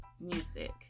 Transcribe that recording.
Music